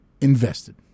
invested